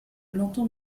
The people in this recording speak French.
l’entends